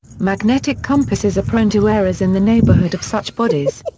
magnetic compasses are prone to errors in the neighborhood of such bodies.